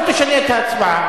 לא, זו ההצבעה הקודמת.